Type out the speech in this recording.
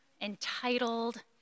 entitled